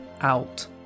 out